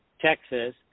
Texas